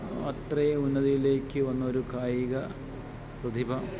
അത്രയും ഉന്നതിയിലേക്കു വന്നൊരു കായിക പ്രതിഭ